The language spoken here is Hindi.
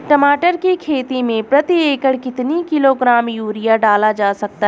टमाटर की खेती में प्रति एकड़ कितनी किलो ग्राम यूरिया डाला जा सकता है?